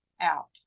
out